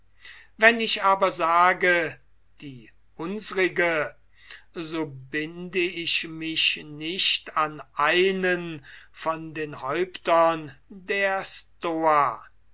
wenn ich aber sage die unsrige so binde ich mich nicht an einen von den häuptern der stoa